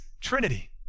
Trinity